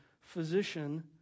physician